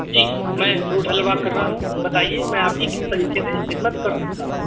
جی میں fruit seller بات کر رہا ہوں بتائیے میں آپ کی کس طریقہ سے خدمت کر سکتا ہوں